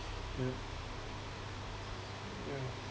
yup yeah